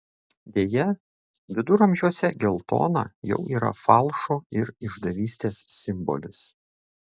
deja viduramžiuose geltona jau yra falšo ir išdavystės simbolis